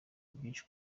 byinshi